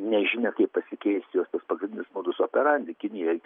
nežinia kaip pasikeis jos tas pagrindinis modus operandi kinijoj